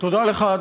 תודה לך,